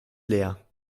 leer